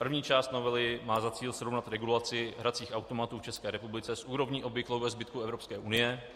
První část novely má za cíl srovnat regulaci hracích automatů v České republice s úrovní obvyklou ve zbytku Evropské unie.